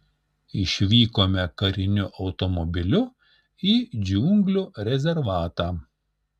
išvykome kariniu automobiliu į džiunglių rezervatą